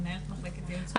אני מנהלת מחלקת ייעוץ וחקיקה.